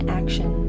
action